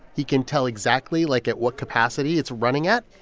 he can tell exactly, like, at what capacity it's running at.